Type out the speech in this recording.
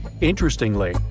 Interestingly